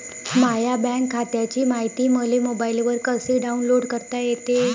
माह्या बँक खात्याची मायती मले मोबाईलवर कसी डाऊनलोड करता येते?